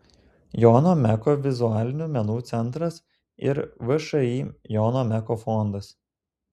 jono meko vizualinių menų centras ir všį jono meko fondas